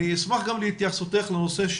אני אשמח גם להתייחסותך לנושא,